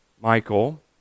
Michael